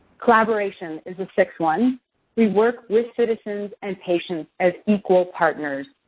collaboration is the sixth one we work with citizens and patients as equal partners.